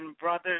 brothers